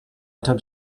took